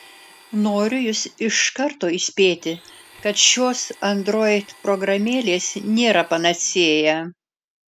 noriu jus iš karto įspėti kad šios android programėlės nėra panacėja